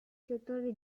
settore